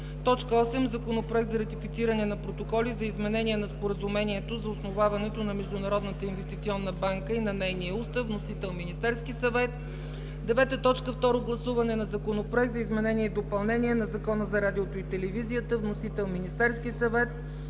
8. Законопроект за ратифициране на Протоколи за изменение на Споразумението за основаването на Международната инвестиционна банка и на нейния устав. Вносител е Министерският съвет. 9. Второ гласуване на Законопроект за изменение и допълнение на Закона за радиото и телевизията. Вносител е Министерският съвет.